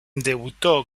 debutó